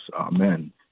amen